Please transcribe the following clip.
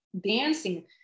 dancing